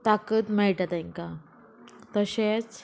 ताकद मेळटा तेंकां तशेंच